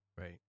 Right